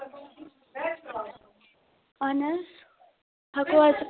اَہَن حظ ہٮ۪کو حظ